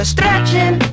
Stretching